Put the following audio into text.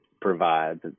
provides